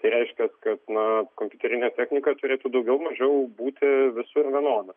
tai reiškia kad na kompiuterinė technika turėtų daugiau mažiau būti visur vienoda